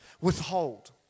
Withhold